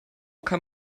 kann